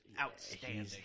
outstanding